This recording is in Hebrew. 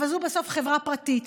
אבל זאת בסוף חברה פרטית.